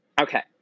Okay